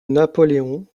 napoléon